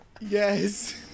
Yes